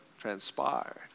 transpired